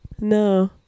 No